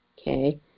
Okay